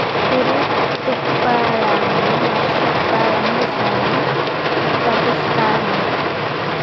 ಕುರಿ ತುಪ್ಪಳಾನ ವರ್ಷಕ್ಕ ಒಂದ ಸಲಾ ತಗಸತಾರಂತ